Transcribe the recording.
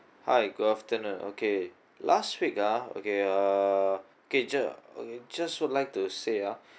hi good afternoon okay last week ah okay uh okay uh okay just would like to say ah